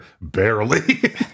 Barely